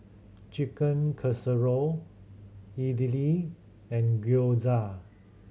Chicken Casserole Idili and Gyoza